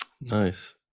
Nice